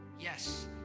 Yes